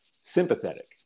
sympathetic